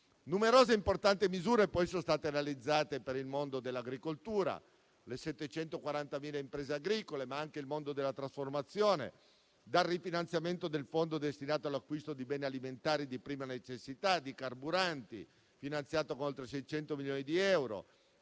Numerose e importanti misure poi sono state realizzate per il mondo dell'agricoltura, con le sue 740.000 imprese agricole, ma anche per il mondo della trasformazione, con il rifinanziamento del fondo destinato all'acquisto di beni alimentari di prima necessità e di carburanti per oltre 600 milioni di euro,